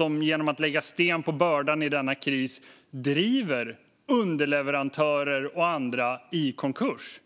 och genom att lägga sten på bördan i denna kris är de som driver underleverantörer och andra i konkurs.